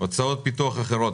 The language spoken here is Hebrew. הוצאות פיתוח אחרות.